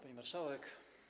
Pani Marszałek!